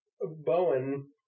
Bowen